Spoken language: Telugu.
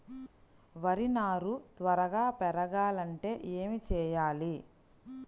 వరి నారు త్వరగా పెరగాలంటే ఏమి చెయ్యాలి?